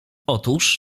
otóż